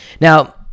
Now